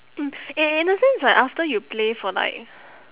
mm in in a sense right after you play for like